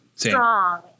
strong